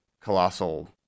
colossal